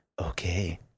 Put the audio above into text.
Okay